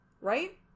right